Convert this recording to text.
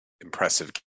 impressive